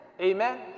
Amen